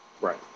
Right